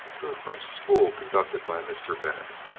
to a french school conducted by a mr. bennett.